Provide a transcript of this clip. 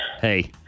Hey